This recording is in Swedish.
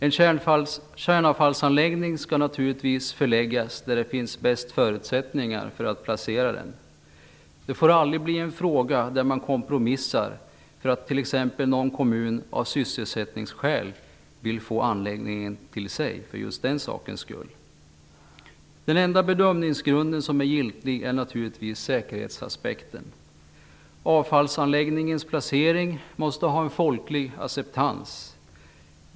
En kärnavfallsanläggning skall naturligtvis förläggas dit där det finns bäst förutsättningar att placera den. Det får aldrig bli en fråga där man kompromissar för att t.ex. någon kommun av sysselsättningsskäl vill få anläggningen till sig. Den enda bedömningsgrund som är giltig är naturligtvis säkerhetsaspekten. Avfallsanläggningens placering måste ha en folklig acceptans.